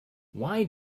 why